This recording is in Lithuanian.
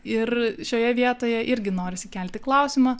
ir šioje vietoje irgi norisi kelti klausimą